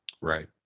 Right